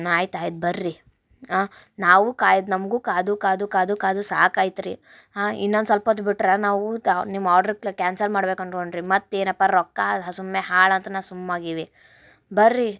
ಆಯ್ತು ಆಯ್ತು ಬನ್ರಿ ನಾವೂ ಕಾದ್ ನಮಗೂ ಕಾದು ಕಾದು ಕಾದು ಕಾದು ಸಾಕಾಯ್ತು ರಿ ಇನ್ನೊಂದು ಸಲ್ಪ ಹೊತ್ ಬಿಟ್ರೆ ನಾವೂ ತಾ ನಿಮ್ಮ ಆಡ್ರು ಕ್ಯಾನ್ಸಲ್ ಮಾಡ್ಬೇಕು ಅಂದ್ಕೊಂಡ್ರಿ ಮತ್ತೇನಪ್ಪ ರೊಕ್ಕ ಸುಮ್ಮನೆ ಹಾಳತನ ಸುಮ್ಮಾಗೀವಿ ಬನ್ರಿ